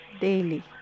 daily